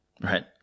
right